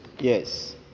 Yes